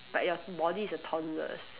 but your body is a toddler's